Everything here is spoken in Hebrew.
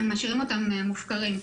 משאירים אותם מופקרים.